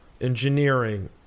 engineering